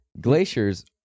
glaciers